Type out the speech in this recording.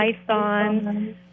Python